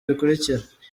bikurikira